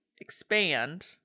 expand